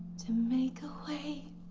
to make a way